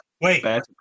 wait